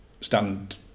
stand